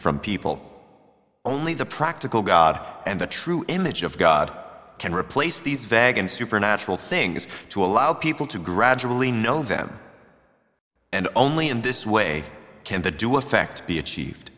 from people only the practical god and the true image of god can replace these vegan supernatural things to allow people to gradually know them and only in this way can the do effect be achieved